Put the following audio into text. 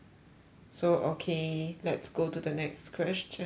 so okay let's go to the next question